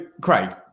Craig